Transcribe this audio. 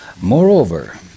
Moreover